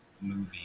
movie